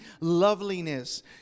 loveliness